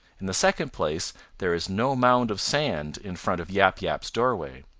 in the second place there is no mound of sand in front of yap yap's doorway.